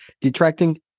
detracting